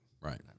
Right